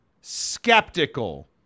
skeptical